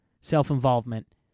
self-involvement